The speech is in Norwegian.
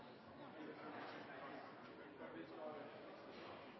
ja til. Det